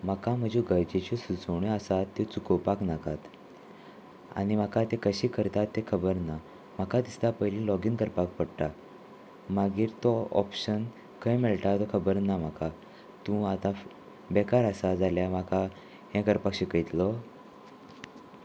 म्हाका म्हज्यो गरयजेच्यो सुचोवण्यो आसात त्यो चुकोवपाक नाकात आनी म्हाका ते कशें करतात तें खबर ना म्हाका दिसता पयलीं लॉगीन करपाक पडटा मागीर तो ऑप्शन खंय मेळटा तो खबर ना म्हाका तूं आतां बेकार आसा जाल्यार म्हाका हें करपाक शिकयतलो